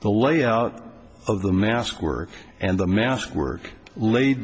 the layout of the mask work and the mast work laid